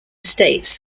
states